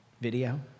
video